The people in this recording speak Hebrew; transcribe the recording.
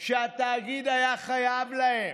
שהתאגיד היה חייב להם.